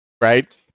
right